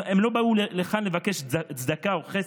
הם לא באו לכאן לבקש צדקה או חסד,